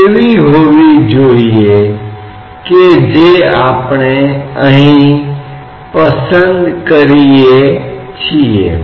इसी तरह आप शायद लंबाई के पैमाने पर भी काम कर रहे हैं जिस पर g नहीं बदल रहा है